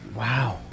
Wow